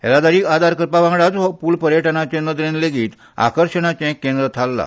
येरादारीक आदार करपा वांगडाच हो पुल पर्यटनाच्या नदरेन लेगीत आकर्षणाचे केंद्र थारला